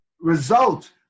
result